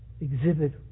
exhibit